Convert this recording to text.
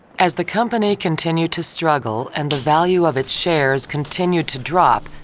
as the company continued to struggle and the value of its shares continued to drop,